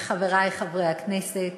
חברי חברי הכנסת,